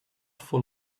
full